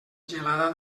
gelada